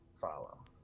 follow